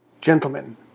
Gentlemen